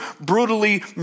brutally